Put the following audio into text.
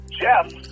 Jeff